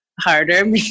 harder